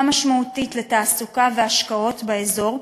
משמעותית לתעסוקה ולהשקעות באזור,